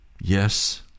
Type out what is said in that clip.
yes